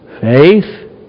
faith